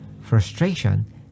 frustration